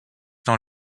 dans